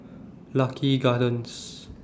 Lucky Gardens